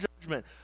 judgment